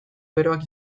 beroak